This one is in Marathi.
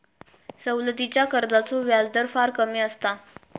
सवलतीच्या कर्जाचो व्याजदर फार कमी असता